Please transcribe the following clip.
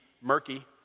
murky